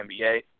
NBA